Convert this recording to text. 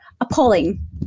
appalling